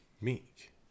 meek